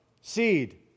seed